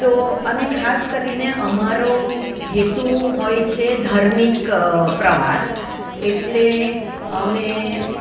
તો અને ખાસ કરીને અમારો હેતુ હોય છે ધાર્મિક પ્રવાસ એટલે અમે